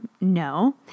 No